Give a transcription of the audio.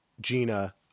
Gina